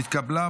נתקבל.